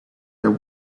that